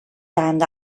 damned